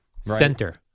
Center